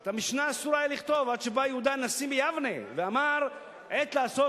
את המשנה אסור היה לכתוב עד שבא יהודה הנשיא מיבנה ואמר: עת לעשות,